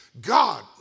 God